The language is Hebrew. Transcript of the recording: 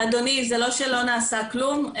אדוני, זה לא שלא נעשה כלום.